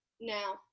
now